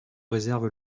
réserve